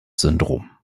syndrom